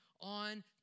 on